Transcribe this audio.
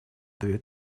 две